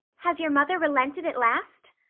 has your mother relented at last?